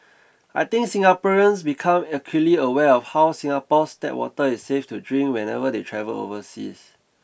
I think Singaporeans become acutely aware of how Singapore's tap water is safe to drink whenever they travel overseas